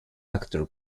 actor